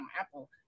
Apple